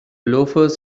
loafers